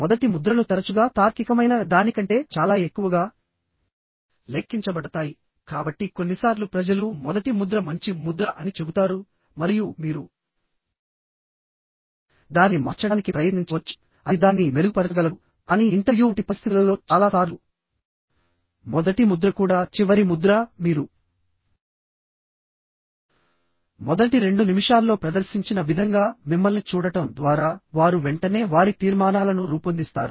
మొదటి ముద్రలు తరచుగా తార్కికమైన దానికంటే చాలా ఎక్కువగా లెక్కించబడతాయికాబట్టి కొన్నిసార్లు ప్రజలు మొదటి ముద్ర మంచి ముద్ర అని చెబుతారు మరియు మీరు దానిని మార్చడానికి ప్రయత్నించవచ్చుఅది దానిని మెరుగుపరచగలదు కానీ ఇంటర్వ్యూ వంటి పరిస్థితులలో చాలా సార్లు మొదటి ముద్ర కూడా చివరి ముద్ర మీరు మొదటి రెండు నిమిషాల్లో ప్రదర్శించిన విధంగా మిమ్మల్ని చూడటం ద్వారా వారు వెంటనే వారి తీర్మానాలను రూపొందిస్తారు